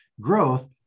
growth